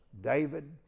David